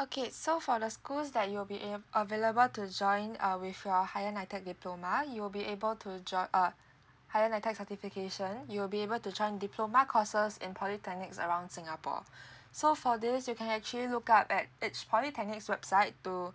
okay so for the schools that you'll be in uh available to join uh with your higher nitec diploma you will be able to join uh higher nitec certification you'll be able to join diploma courses in polytechnics around singapore so for this you can actually look up at each polytechnics website to